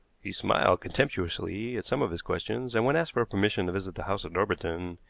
he smiled contemptuously at some of his questions, and, when asked for permission to visit the house at norbiton,